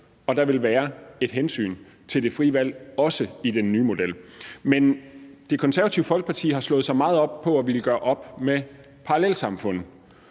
og der vil være et hensyn til det frie valg også i den nye model. Men Det Konservative Folkeparti har slået sig meget op på at ville gøre op med parallelsamfund